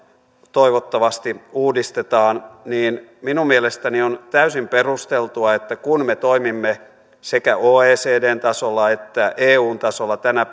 toivottavasti uudistetaan niin minun mielestäni on täysin perusteltua että kun me toimimme sekä oecdn tasolla että eun tasolla tänä